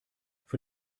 für